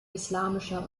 islamischer